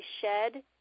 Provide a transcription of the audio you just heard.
shed